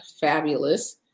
fabulous